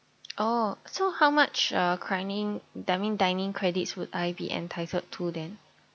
oh so how much uh currently I mean dining credits would I be entitled to then